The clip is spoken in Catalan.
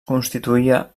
constituïa